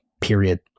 period